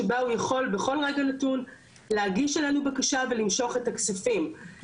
שבה הוא יכול בכל רגע נתון להגיש אלינו בקשה ולמשוך את הכספים,